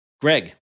Greg